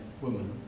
woman